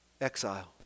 Exile